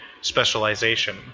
specialization